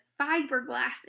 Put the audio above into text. fiberglass